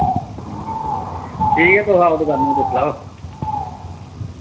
ठीक ऐ तुस आओ दुकाना पर दिक्खी लैओ